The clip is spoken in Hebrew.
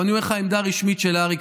אבל אני אומר לך עמדה רשמית של הר"י,